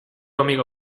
amigo